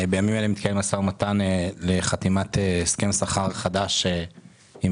בימים אלה מתקיים משא ומתן לחתימת הסכם שכר חדש עם